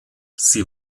sie